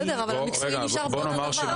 בסדר, אבל המקצועי נשאר באותו דבר.